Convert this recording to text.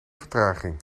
vertraging